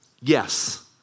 yes